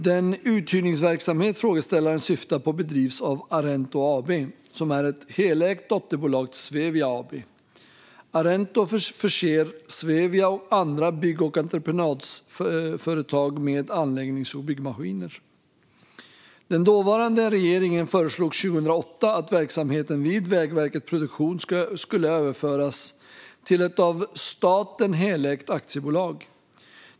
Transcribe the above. Den uthyrningsverksamhet frågeställaren syftar på bedrivs av Arento AB, som är ett helägt dotterbolag till Svevia AB. Arento förser Svevia och andra bygg och entreprenadföretag med anläggnings och byggmaskiner. Den dåvarande regeringen föreslog 2008 att verksamheten vid Vägverket Produktion skulle överföras till ett av staten helägt aktiebolag.